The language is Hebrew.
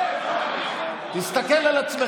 נכשלתם,